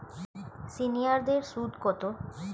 সিনিয়ারদের সুদ কত?